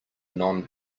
non